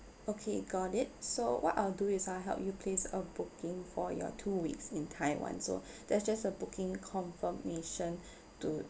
okay got it so what I'll do is I'll help you place a booking for your two weeks in taiwan so that's just a booking confirmation to